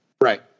Right